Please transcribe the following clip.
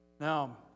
Now